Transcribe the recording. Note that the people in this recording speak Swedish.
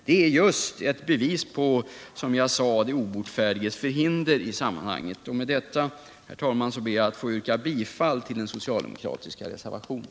Det är just ett bevis på den obotfärdiges förhinder. Med detta, herr talman, ber jag att få yrka bifall till den socialdemokratiska reservationen.